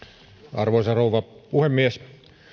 arvoisa rouva puhemies